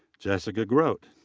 jessica grote.